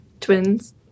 twins